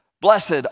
blessed